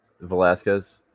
Velasquez